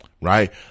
right